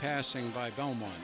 passing by belmont